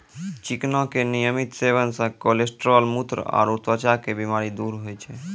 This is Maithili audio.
चिकना के नियमित सेवन से कोलेस्ट्रॉल, मुत्र आरो त्वचा के बीमारी दूर होय छै